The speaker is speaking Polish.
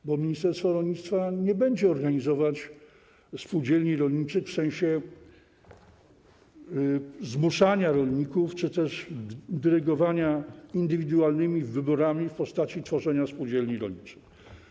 Przecież ministerstwo rolnictwa nie będzie organizować spółdzielni rolniczych w sensie zmuszania rolników czy też dyrygowania indywidualnymi wyborami w postaci tworzenia spółdzielni rolniczych.